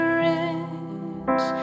rich